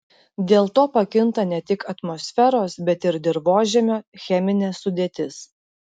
dėl to pakinta ne tik atmosferos bet ir dirvožemio cheminė sudėtis